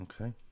Okay